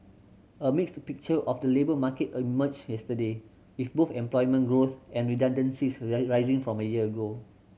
a mixed picture of the labour market emerged yesterday with both employment growth and redundancies rising from a year ago